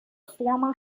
former